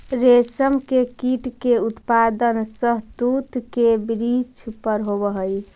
रेशम के कीट के उत्पादन शहतूत के वृक्ष पर होवऽ हई